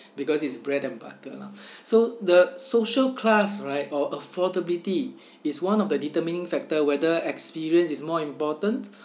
because it's bread and butter lah so the social class right or affordability is one of the determining factor whether experience is more important